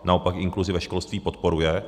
Naopak inkluzi ve školství podporuje.